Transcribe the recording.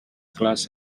classed